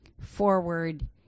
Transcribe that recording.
forward